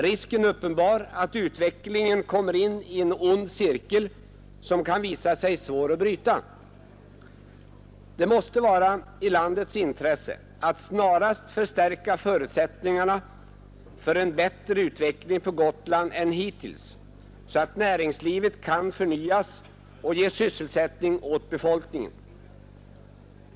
Risken är uppenbar att utvecklingen kommer in i en ond cirkel, som kan visa sig svår att bryta. Det måste vara i landets intresse att snarast stärka förutsättningarna för en bättre utveckling på Gotland än hittills, så att näringslivet kan förnyas och ge sysselsättning åt befolkningen.